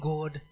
God